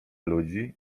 ludzi